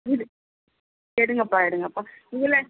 எடு எடுங்கப்பா எடுங்கப்பா இதில்